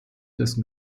dessen